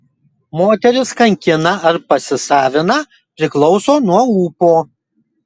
moteris kankina ar pasisavina priklauso nuo ūpo